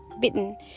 bitten